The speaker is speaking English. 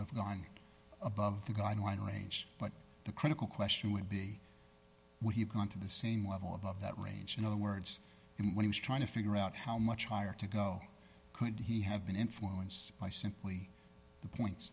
have gone above the guy no i ain't but the critical question would be would he have gone to the same level above that range in other words when he was trying to figure out how much higher to go could he have been influenced by simply the points